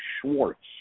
Schwartz